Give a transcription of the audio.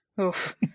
Oof